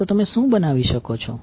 તો તમે શું બનાવી શકો છો